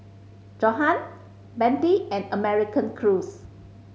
Johan Bentley and American Crew